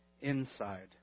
inside